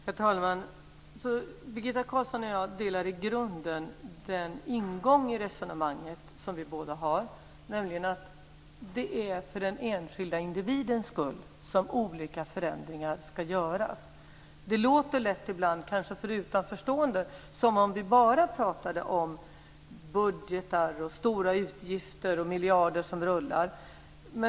Herr talman! Birgitta Carlsson och jag har i grunden samma ingång i resonemanget, dvs. att det är för den enskilda individens skull som olika förändringar ska göras. Det låter kanske lätt ibland för utanförstående som om vi bara pratar om budgetar, stora utgifter och miljarder som rullar.